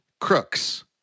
Crooks